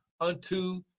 unto